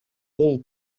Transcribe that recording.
all